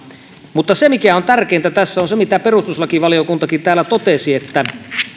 mutta se mikä on tärkeintä tässä on se mitä perustuslakivaliokuntakin täällä totesi että